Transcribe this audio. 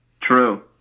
True